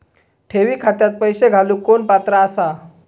ठेवी खात्यात पैसे घालूक कोण पात्र आसा?